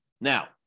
Now